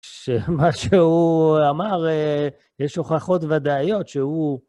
מה שהוא אמר, יש הוכחות ודאיות שהוא...